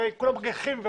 הרי כולם היו מגחכים.